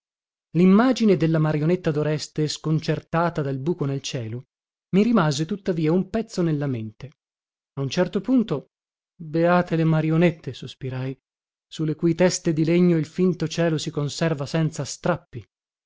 limmagine della marionetta doreste sconcertata dal buco nel cielo mi rimase tuttavia un pezzo nella mente a un certo punto beate le marionette sospirai su le cui teste di legno il finto cielo si conserva senza strappi